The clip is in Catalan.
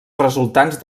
resultants